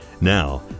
Now